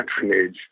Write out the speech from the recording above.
patronage